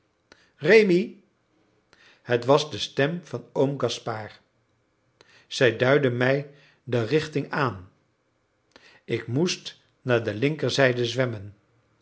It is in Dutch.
rémi het was de stem van oom gaspard zij duidde mij de richting aan ik moest naar de linkerzijde zwemmen